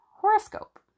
horoscope